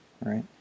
right